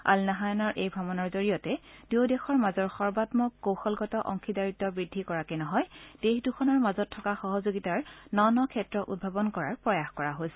আল নাহায়ানৰ এই ভ্ৰমণৰ জৰিয়তে দুয়োদেশৰ মাজৰ সৰ্বান্মক কৌশলগত অংশীদাৰিত্ব বৃদ্ধি কৰাকে নহয দেশ দুখনৰ মাজত থকা সহযোগিতাৰ ন ন ক্ষেত্ৰ উদ্ভাৱন কৰাৰ প্ৰয়াস কৰা হৈছে